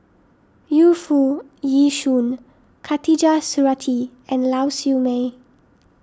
Yu Foo Yee Shoon Khatijah Surattee and Lau Siew Mei